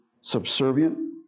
subservient